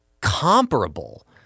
comparable